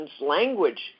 language